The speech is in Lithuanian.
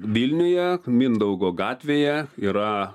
vilniuje mindaugo gatvėje yra